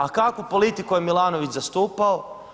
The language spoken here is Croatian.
A kakvu politiku je Milanović zastupao?